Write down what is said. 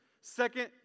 Second